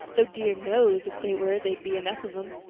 though dear knows if they were there'd be enough of them.